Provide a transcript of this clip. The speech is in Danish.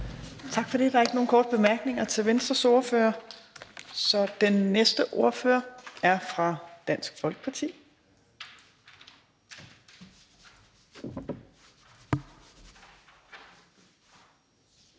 Tak for det. Der er ikke nogen korte bemærkninger til SF's ordfører, så den næste ordfører er fra Enhedslisten.